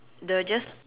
the just